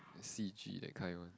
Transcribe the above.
戏剧 that kind one